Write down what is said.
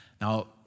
Now